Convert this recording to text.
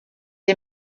est